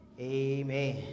Amen